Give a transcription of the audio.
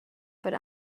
but